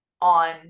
on